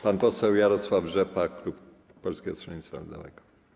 Pan poseł Jarosław Rzepa, klub Polskiego Stronnictwa Ludowego.